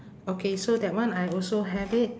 okay so that one I also have it